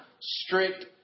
strict